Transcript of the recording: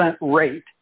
rate